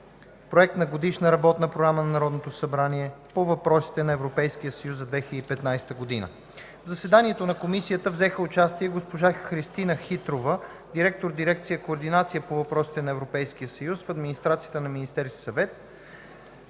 проект на Годишна работна програма на Народното събрание по въпросите на Европейския съюз за 2015 г. В заседанието на Комисията взеха участие: госпожа Кристина Хитрова – директор на Дирекция „Координация по въпросите на Европейския съюз“ в Администрацията на Министерския съвет;